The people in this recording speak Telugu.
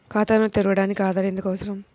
ఖాతాను తెరవడానికి ఆధార్ ఎందుకు అవసరం?